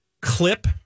clip